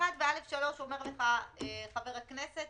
אומר לך חבר הכנסת: